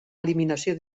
eliminació